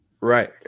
Right